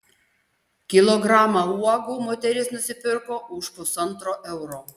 kilogramą uogų moteris nusipirko už pusantro euro